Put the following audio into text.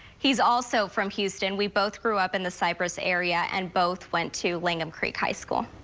he's also from houston. we both grew up in the cypress area and both went to langham creek high school.